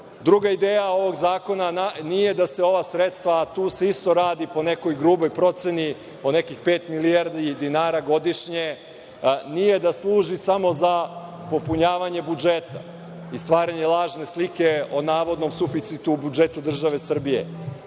ideja ovog zakona nije da se ova sredstva, a tu se isto radi, po nekoj gruboj proceni, o nekih pet milijardi dinara godišnje, nije da služi samo za popunjavanje budžeta i stvaranje lažne slike o navodnom suficitu u budžetu države Srbije.